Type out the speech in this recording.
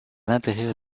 l’intérieur